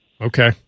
Okay